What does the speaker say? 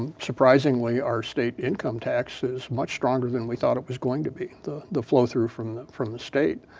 um surprisingly our state income tax is much stronger than we thought it was going to be, the the flow through from from the state.